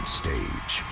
stage